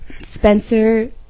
Spencer